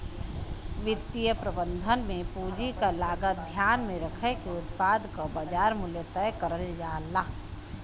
वित्तीय प्रबंधन में पूंजी क लागत ध्यान में रखके उत्पाद क बाजार मूल्य तय करल जाला